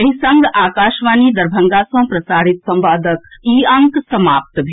एहि संग आकाशवाणी दरभंगा सँ प्रसारित संवादक ई अंक समाप्त भेल